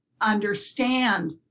understand